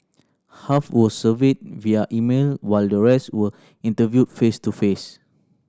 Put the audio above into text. half were surveyed via email while the rest were interviewed face to face